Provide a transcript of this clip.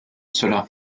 cela